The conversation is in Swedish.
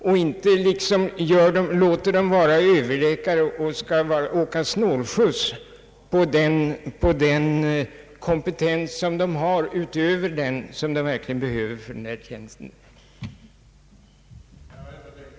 Man skall inte låta dem vara överläkare och åka snålskjuts på den kompetens de har utöver den som de behöver för sitt arbete som överläkare.